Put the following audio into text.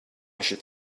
should